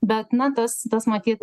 bet na tas tas matyt